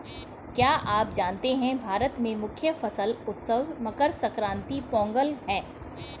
क्या आप जानते है भारत में मुख्य फसल उत्सव मकर संक्रांति, पोंगल है?